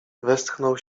westchnął